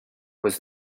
was